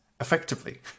effectively